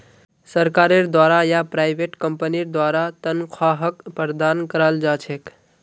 सरकारेर द्वारा या प्राइवेट कम्पनीर द्वारा तन्ख्वाहक प्रदान कराल जा छेक